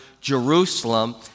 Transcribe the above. Jerusalem